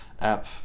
app